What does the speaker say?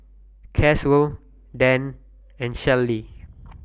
Caswell Dann and Shellie